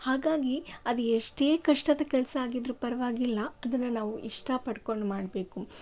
ಹಾಗಾಗಿ ಅದು ಎಷ್ಟೇ ಕಷ್ಟದ ಕೆಲಸ ಆಗಿದ್ರು ಪರವಾಗಿಲ್ಲ ಅದನ್ನು ನಾವು ಇಷ್ಟಪಡ್ಕೊಂಡು ಮಾಡಬೇಕು